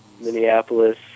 Minneapolis